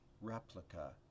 replica